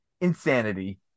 insanity